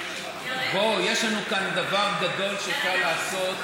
יש לנו כאן דבר גדול שאפשר לעשות,